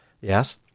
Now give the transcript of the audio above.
Yes